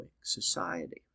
Society